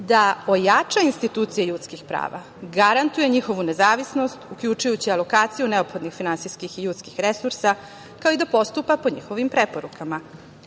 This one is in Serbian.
da pojača institucije ljudskih prava, garantuje njihovu nezavisnost, uključujući alokaciju neophodnih finansijskih i ljudskih resursa, kao i da postupa po njihovim preporukama.